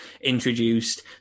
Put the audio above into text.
introduced